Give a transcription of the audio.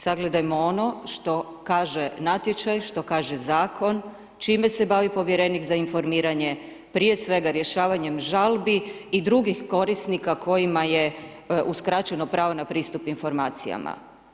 Sagledajmo ono što kaže natječaj, što kaže zakon, čime se bavi povjerenik za informiranje, prije svega rješavanjem žalbi i drugih korisnika kojima je uskraćeno pravo na pristup informacijama.